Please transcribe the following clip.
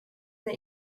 that